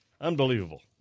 unbelievable